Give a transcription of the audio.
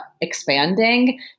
expanding